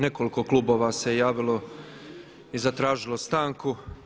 Nekoliko klubova se javilo i zatražilo stanku.